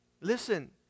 Listen